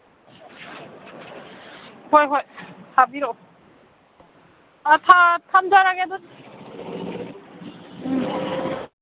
ꯍꯣꯏ ꯍꯣꯏ ꯊꯥꯕꯤꯔꯛꯎ ꯊꯝꯖꯔꯒꯦ ꯑꯗꯨꯗꯤ ꯎꯝ